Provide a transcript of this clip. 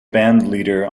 bandleader